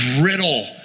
brittle